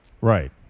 Right